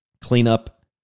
cleanup